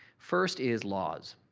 first is laws.